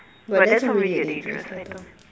but that's already a dangerous item